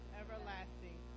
everlasting